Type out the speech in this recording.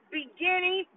beginning